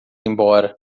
embora